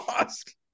lost